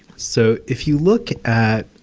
so if you look at,